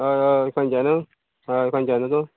खंच्यान हय खंच्यान तूं